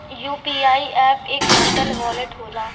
UPI app एक digital wallet होला